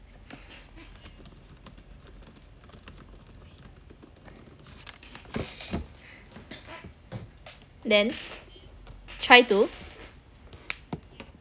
then try to